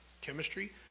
Chemistry